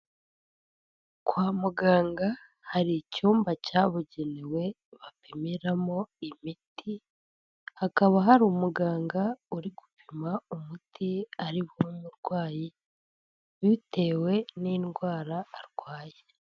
Kwa muganga hari icyumba cyabugenewe bapimiramo imiti, hakaba hari umuganga uri gupima umuti aribuhe umurwayi bitewe n'indwara arwaye.